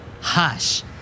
Hush